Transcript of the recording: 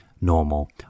normal